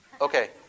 Okay